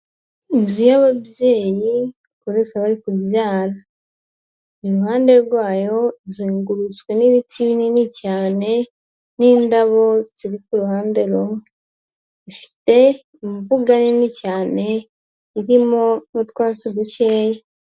Inzu y'ababyeyi bakoresha bari kubyara, iruhande rwayo izengurutswe n'ibiti binini cyane n'indabo ziri ku ruhande rumwe, ifite imbuga nini cyane irimo utwatsi dukeya.